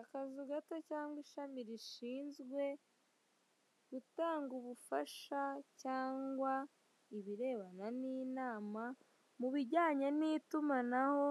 Akazu gato cyangwa ishami rishinzwe gutanga ubufasha cyangwa ibirebana n'inama mu bijyanye n'itumanaho